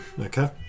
okay